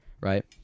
right